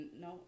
No